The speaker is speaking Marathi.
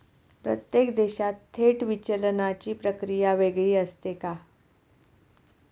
प्रत्येक देशात थेट विचलनाची प्रक्रिया वेगळी असते का?